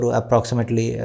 approximately